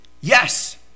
yes